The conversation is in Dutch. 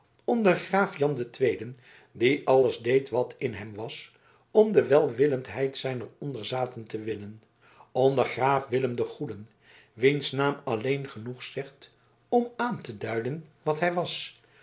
onder graaf jan den tweeden die alles deed wat in hem was om de welwillendheid zijner onderzaten te winnen onder graaf willem den goeden wiens naam alleen genoeg zegt om aan te duiden wat hij was